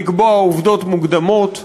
לקבוע עובדות מוקדמות,